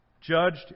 judged